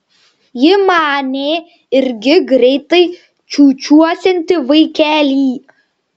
ji manė irgi greitai čiūčiuosianti vaikelį